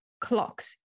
clocks